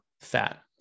fat